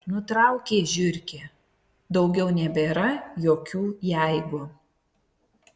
nutraukė žiurkė daugiau nebėra jokių jeigu